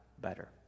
better